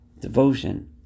devotion